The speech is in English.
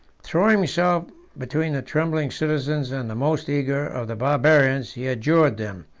throwing himself between the trembling citizens and the most eager of the barbarians, he adjured them,